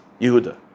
Yehuda